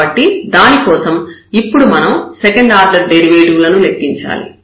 కాబట్టి దానికోసం ఇప్పుడు మనం సెకండ్ ఆర్డర్ డెరివేటివ్ లను లెక్కించాలి